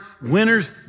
Winners